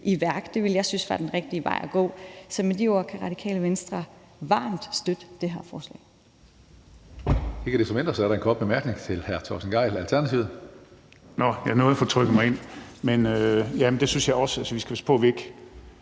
i værk. Det ville jeg synes var den rigtige vej at gå. Så med de ord kan Radikale Venstre varmt støtte det her forslag.